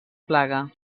plaga